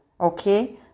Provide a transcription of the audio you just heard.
Okay